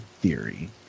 theory